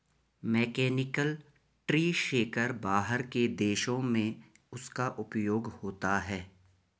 mechanical tree shaker बाहर के देशों में उसका उपयोग होता है